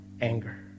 anger